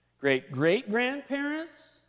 great-great-grandparents